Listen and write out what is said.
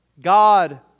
God